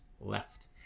left